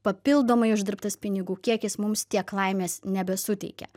papildomai uždirbtas pinigų kiekis mums tiek laimės nebesuteikia